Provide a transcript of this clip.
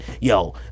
Yo